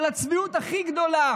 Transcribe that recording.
אבל הצביעות הכי גדולה